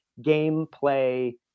gameplay